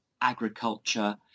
agriculture